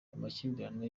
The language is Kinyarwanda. amakimbirane